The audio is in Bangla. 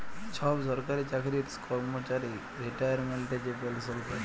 ছব সরকারি চাকরির কম্মচারি রিটায়ারমেল্টে যে পেলসল পায়